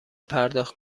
پرداخت